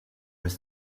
his